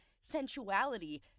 Sensuality